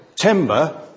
timber